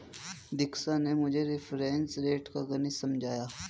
दीक्षा ने मुझे reference rate का गणित समझाया